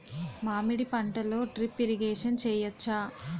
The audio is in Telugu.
మామిడి పంటలో డ్రిప్ ఇరిగేషన్ చేయచ్చా?